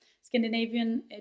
Scandinavian